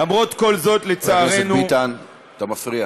למרות כל זאת, לצערנו, חבר הכנסת ביטן, אתה מפריע.